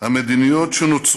המדיניות שנוצרו"